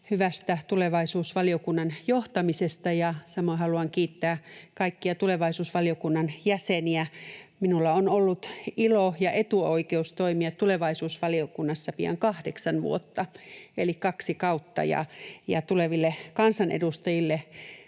hyvästä tulevaisuusvaliokunnan johtamisesta, ja samoin haluan kiittää kaikkia tulevaisuusvaliokunnan jäseniä. Minulla on ollut ilo ja etuoikeus toimia tulevaisuusvaliokunnassa pian kahdeksan vuotta eli kaksi kautta, ja tuleville kansanedustajille